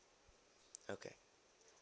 okay